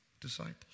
disciples